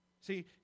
See